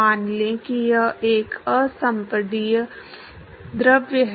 मान लें कि यह एक असंपीड्य द्रव है